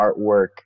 artwork